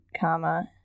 comma